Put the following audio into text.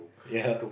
ya